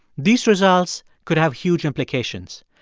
these results could have huge implications.